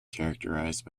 characterized